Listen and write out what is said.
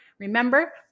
Remember